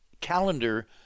calendar